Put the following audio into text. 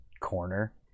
corner